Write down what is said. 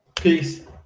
Peace